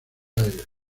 aires